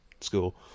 school